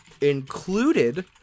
included